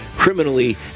Criminally